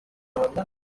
w’amaguru